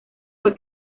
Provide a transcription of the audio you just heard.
fue